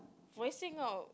voicing out